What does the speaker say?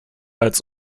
als